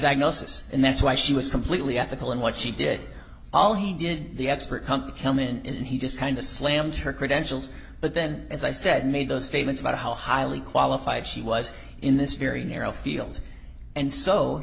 diagnosis and that's why she was completely ethical in what she did all he did the expert come come in and he just kind of slammed her credentials but then as i said made those statements about how highly qualified she was in this very narrow field and so